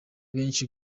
benshi